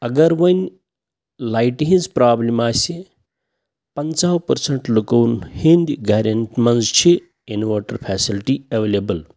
اَگر وۄنۍ لایٹہِ ہِنٛز پرٛابلِم آسہِ پَنژٕہَو پٔرسنٛٹ لُکو ہِنٛدۍ گَرن منٛز چھِ اِنوٲٹَر فیسَلٹی اٮ۪ولیبٕل